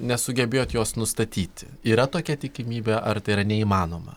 nesugebėjot jos nustatyti yra tokia tikimybė ar tai yra neįmanoma